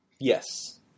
Yes